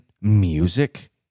music